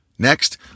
Next